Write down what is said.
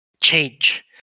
change